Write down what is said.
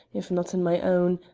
if not in my own,